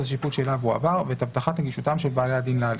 השיפוט שאליו הועבר ואת הבטחת נגישותם של בעלי הדין להליך."